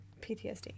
ptsd